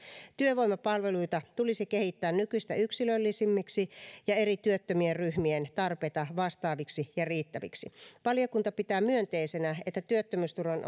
työvoimapalveluita tulisi kehittää nykyistä yksilöllisemmiksi ja eri työttömien ryhmien tarpeita vastaaviksi ja riittäviksi valiokunta pitää myönteisenä että työttömyysturvan